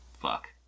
Fuck